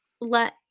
let